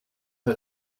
her